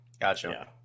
Gotcha